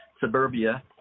suburbia